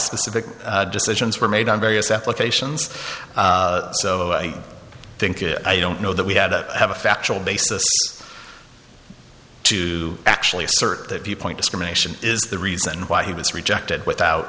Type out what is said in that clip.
specific decisions were made on various applications so i think it i don't know that we had a have a factual basis to actually assert that viewpoint discrimination is the reason why he was rejected without